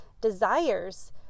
desires